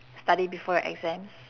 study before your exams